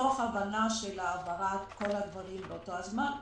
תוך העברת כל הדברים באותו זמן.